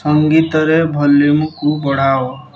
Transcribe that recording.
ସଙ୍ଗୀତରେ ଭଲ୍ୟୁମ୍କୁ ବଢ଼ାଅ